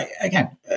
again